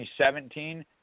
2017